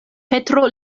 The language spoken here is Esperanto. petro